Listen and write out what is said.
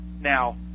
Now